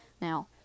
Now